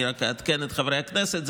אני רק אעדכן את חברי הכנסת.